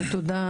תודה,